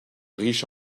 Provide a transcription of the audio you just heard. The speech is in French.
riche